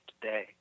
today